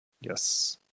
Yes